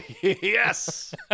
yes